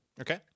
Okay